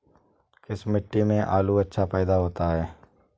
किस मिट्टी में आलू अच्छा पैदा होता है?